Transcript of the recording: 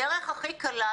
הדרך הכי קלה,